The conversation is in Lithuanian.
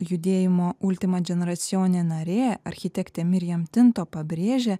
judėjimo ultimadžineracijone narė architektė miriam tinto pabrėžia